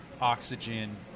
oxygen